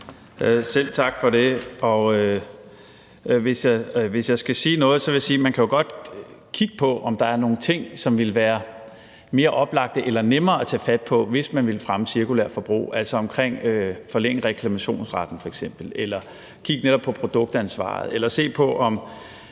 Selv tak for det. Hvis jeg skal sige noget, vil jeg sige, at man jo godt kan kigge på, om der er nogle ting, som ville være mere oplagte eller nemmere at tage fat på, hvis man vil fremme cirkulært forbrug, altså f.eks. at forlænge reklamationsretten eller kigge netop på producentansvaret eller se på, om